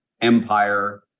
Empire